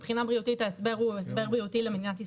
ההסבר הוא הסבר בריאותי למדינת ישראל,